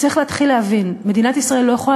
צריך להתחיל להבין: מדינת ישראל לא יכולה